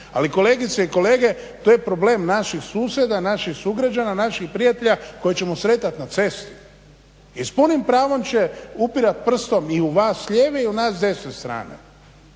ali kolegice i kolege to je problem naših susjeda, naših sugrađana, naših prijatelja koje ćemo sretati na cesti. I s punim pravom će upirati s prstom i u vas s lijeve i u na s desne strane.